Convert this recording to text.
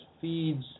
feeds